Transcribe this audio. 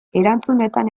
erantzunetan